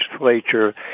legislature